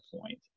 point